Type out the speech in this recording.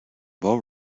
beau